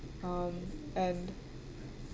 um and